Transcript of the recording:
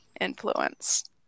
influence